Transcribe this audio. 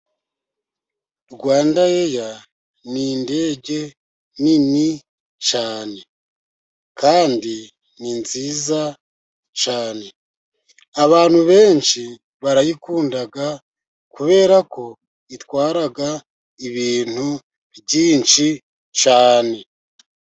Rwanda eya ni ndege nini cyane, kandi ni nziza cyane. Abantu benshi barayikunda, kuberako itwaraga ibintu byinshi cyane.